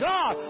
God